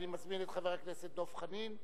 אני מזמין את חבר הכנסת דב חנין.